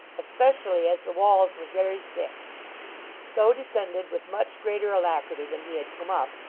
especially as the walls were very thick so descended, with much greater alacrity than he had come up,